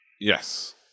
Yes